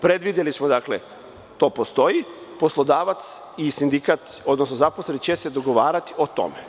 Predvideli smo, to postoji, poslodavac i sindikat, odnosno zaposleni će se dogovarati o tome.